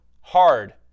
hard